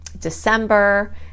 december